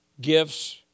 gifts